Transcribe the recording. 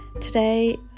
today